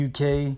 UK